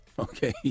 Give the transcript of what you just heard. Okay